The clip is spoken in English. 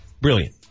brilliant